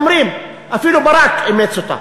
אפילו ברק אימץ אותה,